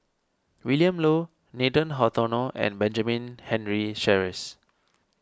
Willin Low Nathan Hartono and Benjamin Henry Sheares